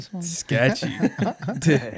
Sketchy